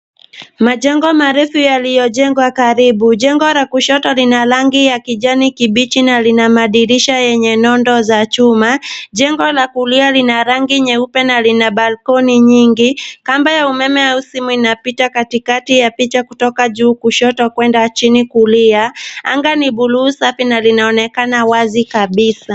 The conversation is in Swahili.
Majengo marefu yaliyojengwa karibu. Jengo la kushoto lina rangi ya kijani kibichi na lina madirisha yenye nondo za chuma. Jengo la kulia lina rangi nyeupe na lina balcony nyingi. Kamba ya umeme au simu inapita katikati ya picha kutoka juu kushoto kwenda chini kulia. Anga ni buluu safi na linaonekana wazi kabisa.